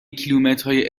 کیلومترهای